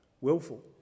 willful